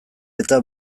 eta